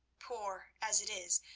poor as it is,